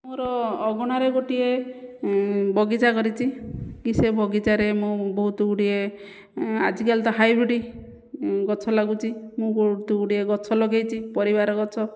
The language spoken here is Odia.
ମୋର ଅଗଣାରେ ଗୋଟିଏ ବଗିଚା କରିଛି କି ସେ ବଗିଚାରେ ମୁଁ ବହୁତ ଗୁଡ଼ିଏ ଆଜିକାଲି ତ ହାଇବ୍ରିଡ଼ ଗଛ ଲାଗୁଛି ମୁଁ ବହୁତ ଗୁଡ଼ିଏ ଗଛ ଲଗାଇଛି ପରିବାର ଗଛ